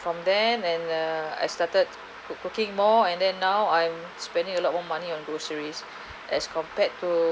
from then and uh I started cook cooking more and then now I'm spending a lot more money on groceries as compared to